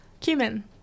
Cumin